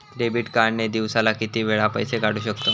Debit card ने दिवसाला किती वेळा पैसे काढू शकतव?